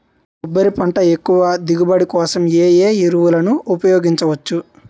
కొబ్బరి పంట ఎక్కువ దిగుబడి కోసం ఏ ఏ ఎరువులను ఉపయోగించచ్చు?